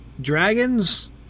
Dragons